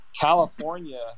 California